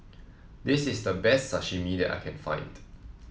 this is the best Sashimi that I can find